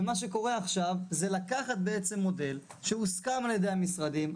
ומה שקורה עכשיו זה לקחת מודל שהוסכם על ידי המשרדים.